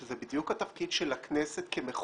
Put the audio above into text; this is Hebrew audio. שזה בדיוק התפקיד של הכנסת כמחוקק.